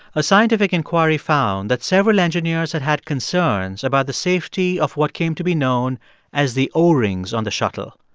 a scientific inquiry found that several engineers had had concerns about the safety of what came to be known as the o-rings on the shuttle.